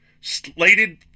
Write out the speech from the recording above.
Slated